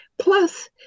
Plus